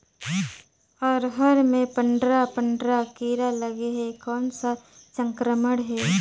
अरहर मे पंडरा पंडरा कीरा लगे हे कौन सा संक्रमण हे?